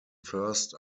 first